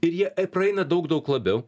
ir jie praeina daug daug labiau